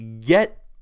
get